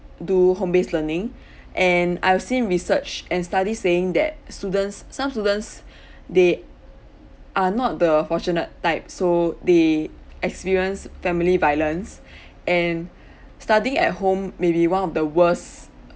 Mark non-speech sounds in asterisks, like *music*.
do home based learning *breath* and I've seen research and studies saying that students some students *breath* they are not the fortunate type so they experience family violence *breath* and studying at home may be one of the worst